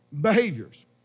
behaviors